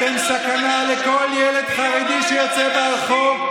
אתם סכנה לכל ילד חרדי שיוצא לרחוב,